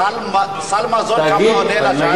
אתה לא יודע כמה עולה למשפחה סל מזון למשפחה.